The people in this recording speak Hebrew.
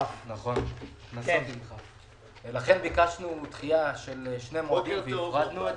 לכן ביקשנו דחייה שחל שני המועדים והפרדנו את